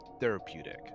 therapeutic